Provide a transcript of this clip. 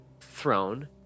throne